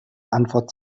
antwort